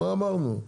מה אמרנו.